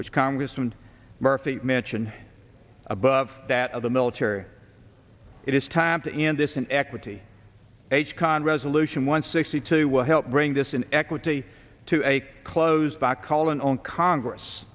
which congressman murphy mentioned above that of the military it is time to end this in equity age cond resolution one sixty two will help bring this in equity to a close by calling on congress